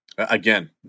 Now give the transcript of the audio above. Again